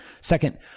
second